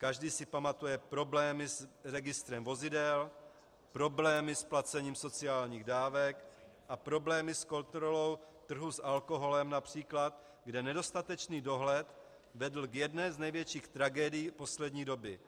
Každý si pamatuje problémy s registrem vozidel, problémy s placením sociálních dávek a například problémy s kontrolou trhu s alkoholem, kde nedostatečný dohled vedl k jedné z největších tragédií poslední doby.